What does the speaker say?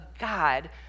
God